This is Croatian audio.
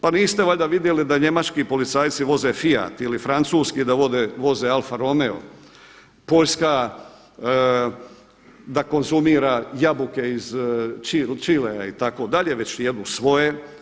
Pa niste valjda vidjeli da njemački policajci voze Fiat ili francuski da voze Alfa Romeo, Poljska da konzumira jabuke iz Čilea itd. već jedu svoje.